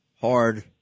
hard